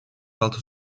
altı